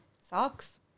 Sucks